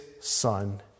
son